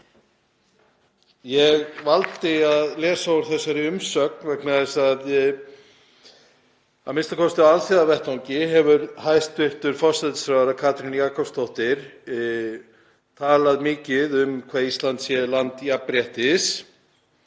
Ég valdi að lesa úr þessari umsögn vegna þess að a.m.k. á alþjóðavettvangi hefur hæstv. forsætisráðherra Katrín Jakobsdóttir talað mikið um að Ísland sé land jafnréttis